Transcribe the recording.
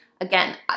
again